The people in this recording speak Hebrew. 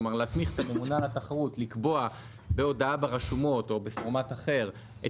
כלומר להכניס את הממונה על התחרות לקבוע בהודעה ברשומות או בפורמט אחר את